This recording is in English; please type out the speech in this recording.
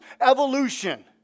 Evolution